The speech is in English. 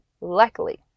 luckily